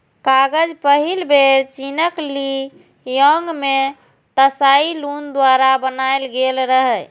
कागज पहिल बेर चीनक ली यांग मे त्साई लुन द्वारा बनाएल गेल रहै